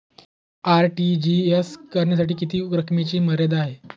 RTGS करण्यासाठी किती रकमेची मर्यादा आहे?